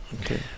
Okay